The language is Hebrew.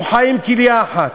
הוא חי עם כליה אחת.